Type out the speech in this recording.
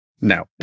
No